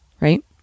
right